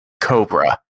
Cobra